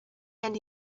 and